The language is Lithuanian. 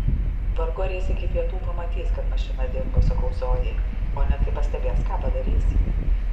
vargu ar jis iki pietų pamatys kad mašina dingo sakau zojai o net kai pastebės ką padarys